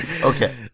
Okay